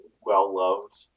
well-loved